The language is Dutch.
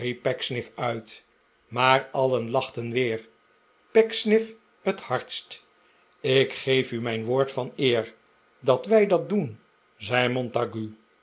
uit maar alien lachten weer pecksniff het hardst ik geef u mijn woord van eer dat w ij dat doen zei montague